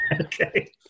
okay